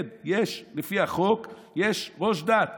כן, לפי החוק, יש ראש דת.